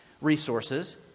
resources